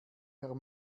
herr